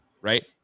right